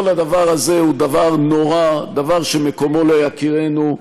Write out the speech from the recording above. כל הדבר הזה הוא דבר נורא, דבר שמקומו לא יכירנו,